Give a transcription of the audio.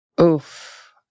Oof